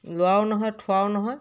লোৱাও নহয় থোৱাও নহয়